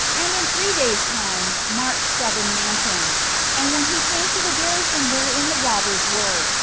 and in three days' time marched seven mansions and when he came to the garrison wherein the robbers were,